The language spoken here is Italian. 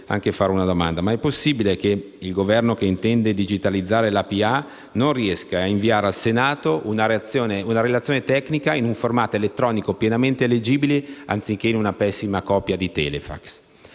mai possibile che il Governo che intende digitalizzare la pubblica amministrazione non riesca ad inviare al Senato una relazione tecnica in un formato elettronico pienamente leggibile, anziché una pessima copia via *telefax*?